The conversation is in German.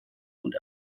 und